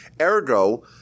Ergo